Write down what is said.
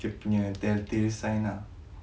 dia punya telltale sign ah